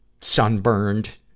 sunburned